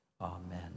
Amen